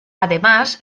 además